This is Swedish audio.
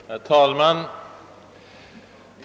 Herr talman!